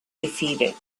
defeated